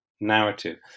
narrative